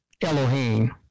Elohim